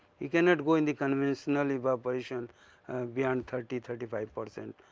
you cannot go in the conventional evaporation beyond thirty thirty five percent,